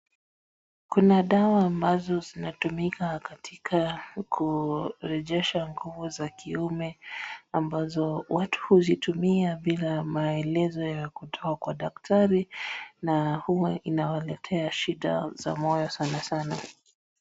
Kuna dawa ambazo zinatumika katika kurejesha nguvu za kiume ambazo watu huzitumia bila maelezo ya kutoa kwa daktari. Na hua inawaletea shida za moyo sanasana.